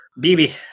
BB